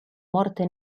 morte